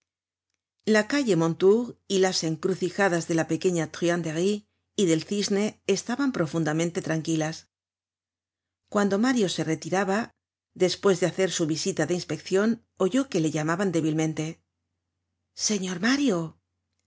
la calle mondetour y las encrucijadas de la pequeña truanderie y del cisne estaban profundamente tranquilas cuando mario se retiraba despues de hacer su visita de inspeccion oyó que le llamaban débilmente señor mario